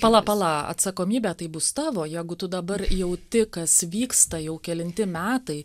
pala pala atsakomybė tai bus tavo jeigu tu dabar jauti kas vyksta jau kelinti metai